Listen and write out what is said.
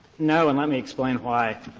no. and let me explain why.